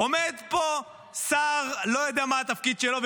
עומד פה שר שלא יודע מה התפקיד שלו,